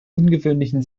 ungewöhnlichen